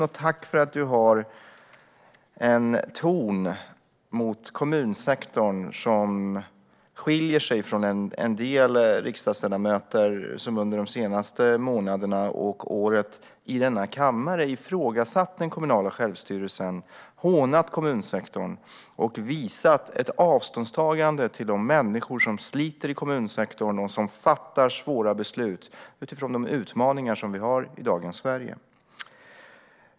Tack också för att du har en ton mot kommunsektorn som skiljer sig från en del riksdagsledamöter, som under de senaste månaderna och i år i denna kammare ifrågasatt det kommunala självstyret, hånat kommunsektorn och visat ett avståndstagande till de människor som sliter i kommunsektorn och som fattar svåra beslut utifrån de utmaningar som vi har i dagens Sverige.